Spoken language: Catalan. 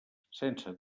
sense